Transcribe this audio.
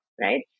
right